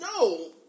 no